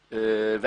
המשטרה,